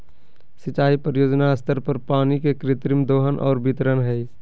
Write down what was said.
सिंचाई परियोजना स्तर पर पानी के कृत्रिम दोहन और वितरण हइ